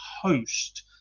host